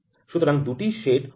সুতরাং ২টি সেট উপলব্ধ